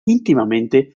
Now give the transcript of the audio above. íntimamente